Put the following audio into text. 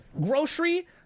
grocery